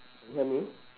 can you hear me